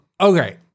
okay